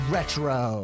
Retro